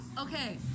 Okay